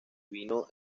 vino